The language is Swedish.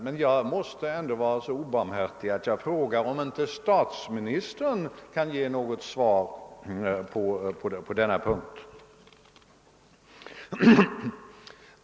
Men jag måste ändå vara så obarmhärtig att jag frågar om inte statsminis tern kan ge något svar på denna punkt.